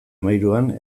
hamahiruan